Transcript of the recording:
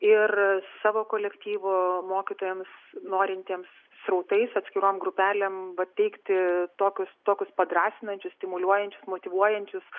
ir savo kolektyvo mokytojams norintiems srautais atskirom grupelėm va teikti tokius tokius padrąsinančius stimuliuojančius motyvuojančius